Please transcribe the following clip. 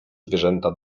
zwierzęta